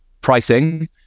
pricing